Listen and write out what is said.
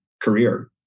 career